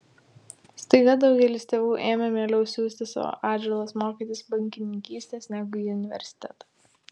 staiga daugelis tėvų ėmė mieliau siųsti savo atžalas mokytis bankininkystės negu į universitetą